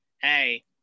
hey